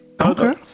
Okay